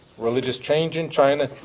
religious change in china,